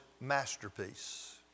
masterpiece